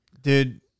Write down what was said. Dude